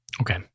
Okay